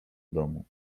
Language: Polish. domu